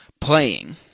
playing